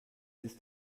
ist